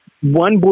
One